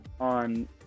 on